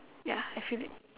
ya I feel it